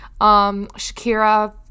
Shakira